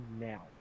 now